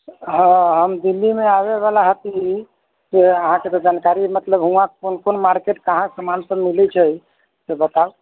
हँ हम दिल्लीमे आबैवला हती से अहाँके तऽ जानकारी मतलब हुआँ कोन कोन मार्केट कहाँ सामानसभ मिलै छै से बताउ